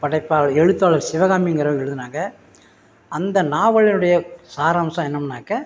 படைப்பாளர் எழுத்தாளர் சிவகாமிங்கிறவங்க எழுதுனாங்க அந்த நாவலினுடைய சாராம்சம் என்னம்னாக்க